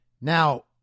Now